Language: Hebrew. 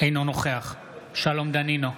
אינו נוכח שלום דנינו,